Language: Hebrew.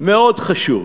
מאוד חשוב.